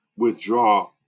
Withdraw